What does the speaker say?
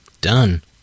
done